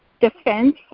defense